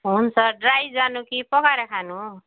हुन्छ ड्राई जानु कि पकाएर खानु